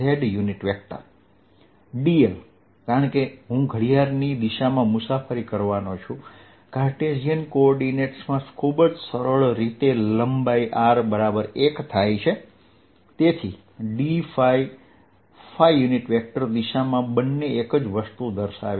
dl કારણ કે હું ઘડિયાળની દિશામાં મુસાફરી કરવાનો છું કાર્ટેશિયન કોઓર્ડિનેટ્સમાં ખૂબ જ સરળ રીતે લંબાઈ r બરાબર 1 થાય છે તેથી dϕ દિશામાં બંને એક જ વસ્તુ દર્શાવે છે